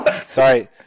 sorry